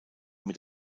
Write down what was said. mit